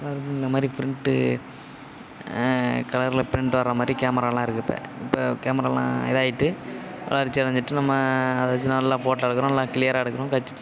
இந்த மாதிரி பிரிண்டு கலரில் பிரிண்டு வர்றமாதிரி கேமராலாம் இருக்குது இப்போ இப்போ கேமராலாம் இதாயிட்டு வளர்ச்சி அடஞ்சுட்டு நம்ம அதைவச்சி நல்லா ஃபோட்டோ எடுக்கிறோம் நல்ல கிளீயராக எடுக்கிறோம் ஹெச்